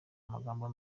amagambo